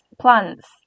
plants